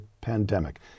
pandemic